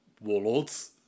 warlords